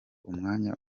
umwanya